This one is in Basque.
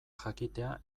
jakitea